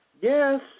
Yes